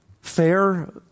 fair